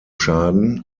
schaden